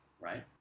right